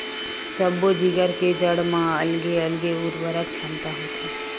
सब्बो जिगर के जड़ म अलगे अलगे उरवरक छमता होथे